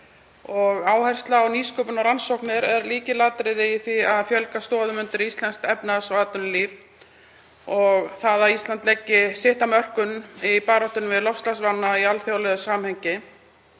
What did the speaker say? Áhersla á nýsköpun og rannsóknir er lykilatriði í því að fjölga stoðum undir íslenskt efnahags- og atvinnulíf og að Ísland leggi sitt af mörkum í baráttunni við loftslagsvána í alþjóðlegu samhengi.